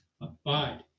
Abide